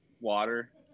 water